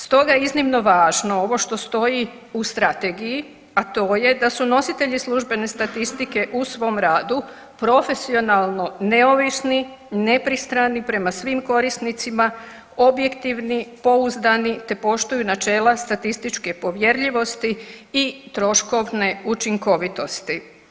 Stoga je iznimno važno ovo što stoji u strategiji, a to je da su nositelji službene statistike u svom radu profesionalno neovisni, nepristrani prema svim korisnicima, objektivni, pouzdani te poštuju načela statističke povjerljivosti i troškovne učinkovitosti.